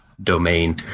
domain